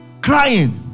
crying